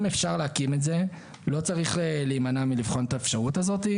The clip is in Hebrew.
אפשר להקים את זה לא צריך להימנע מלבחון את האפשרות הזאת,